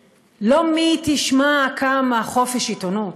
לא, מי תשמע, כמה חופש עיתונות,